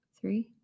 three